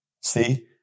See